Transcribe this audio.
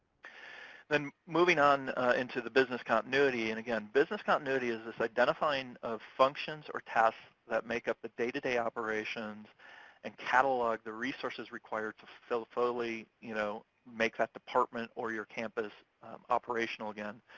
then moving on into the business continuity. and, again, business continuity is this identifying of functions or tasks that make up the day-to-day operations and catalogue the resources required to so fully you know make that department or your campus operational again.